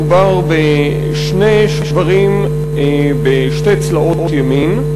מדובר בשני שברים בשתי צלעות ימין.